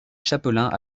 chapelain